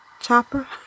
chopper